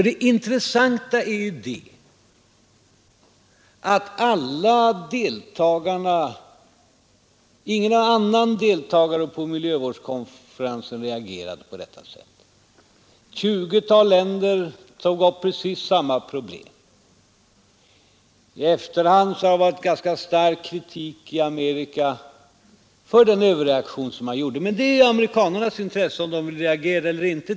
Det intressanta är att ingen annan deltagare på miljövårdskonferensen reagerade på detta sätt. Ett tjugotal länder tog upp precis samma problem. I efterhand har det varit ganska stark kritik i Amerika mot den överreaktion som man visade. Men det är amerikanarnas sak att avgöra om de vill reagera eller inte.